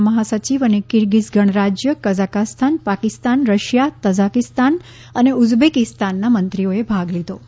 ના મહાસચિવ અને કિર્ગિઝ ગણરાજ્ય કઝાખાસ્તાન પાકિસ્તાન રશિયા તઝાકિસ્તાન ઉઝબેકીસ્તાનના મંત્રીઓએ ભાગ લીધો હતો